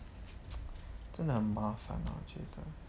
真的很麻烦 lor 我觉得